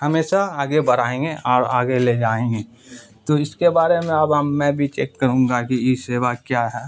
ہمیشہ آگے بڑھائیں گے اور آگے لے جائیں گے تو اس کے بارے میں اب میں بھی چیک کروں گا کہ ای سیوا کیا ہے